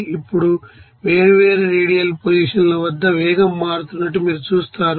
ఇప్పుడు వేర్వేరు radial position వద్ద వేగం మారుతున్నట్లు మీరు చూస్తారు